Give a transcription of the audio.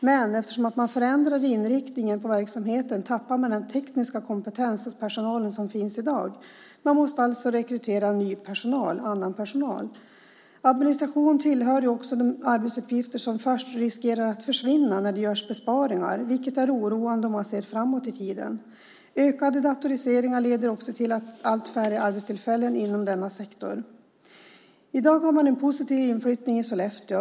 Men eftersom man förändrar inriktningen på verksamheten förlorar man den tekniska kompetens som finns hos personalen i dag. Man måste alltså rekrytera ny personal. Administration tillhör också de arbetsuppgifter som först riskerar att försvinna när det görs besparingar, vilket är oroande om man ser framåt i tiden. Ökade datoriseringar leder också till allt färre arbetstillfällen inom denna sektor. I dag har man en positiv inflyttning till Sollefteå.